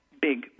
Big